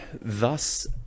Thus